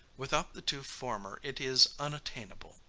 without the two former it is unattainable.